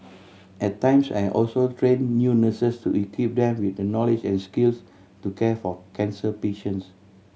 at times I also train new nurses to equip them with the knowledge and skills to care for cancer patients